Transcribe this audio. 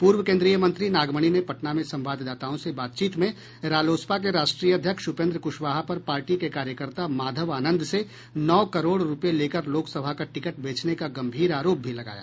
पूर्व केन्द्रीय मंत्री नागमणि ने पटना में संवाददाताओं से बातचीत में रालोसपा के राष्ट्रीय अध्यक्ष उपेन्द्र कुशवाहा पर पार्टी के कार्यकर्ता माधव आनंद से नौ करोड़ रुपये लेकर लोकसभा का टिकट बेचने का गंभीर आरोप भी लगाया